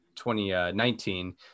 2019